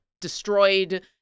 destroyed